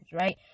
right